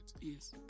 Yes